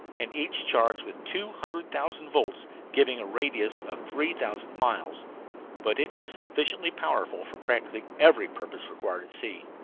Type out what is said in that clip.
and each charged with two hundred thousand volts, giving a radius of three thousand miles but it is sufficiently powerful for practically every purpose required at sea.